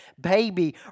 baby